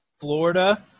Florida